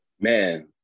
man